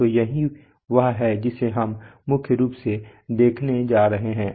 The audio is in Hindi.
तो यही वह है जिसे हम मुख्य रूप से देखने जा रहे हैं